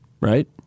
Right